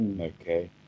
okay